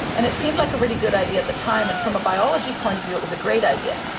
and it seemed like a really good idea at the time, and from a biology point of view it was a great idea.